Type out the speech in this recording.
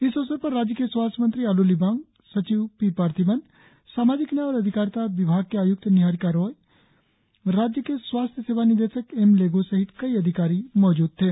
इस अवसर पर राज्य के स्वास्थ्य मंत्री आलो लिबांग सचिव पीपार्थिबन सामाजिक न्याय और अधिकारिता विभाग की आय्क्त निहारिका राय राज्य के स्वास्थ्य सेवा निदेशक एमलेगो सहित कई अधिकारी मौजूद थे